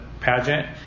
pageant